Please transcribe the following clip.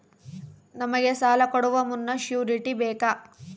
ನಮಗೆ ಸಾಲ ಕೊಡುವ ಮುನ್ನ ಶ್ಯೂರುಟಿ ಬೇಕಾ?